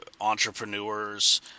entrepreneurs